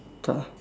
tak ah